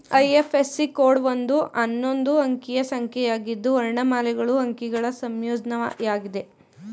IFSC code ಒಂದು ಹನ್ನೊಂದು ಅಂಕಿಯ ಸಂಖ್ಯೆಯಾಗಿದ್ದು ವರ್ಣಮಾಲೆಗಳು ಅಂಕಿಗಳ ಸಂಯೋಜ್ನಯಾಗಿದೆ